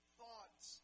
thoughts